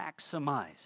maximize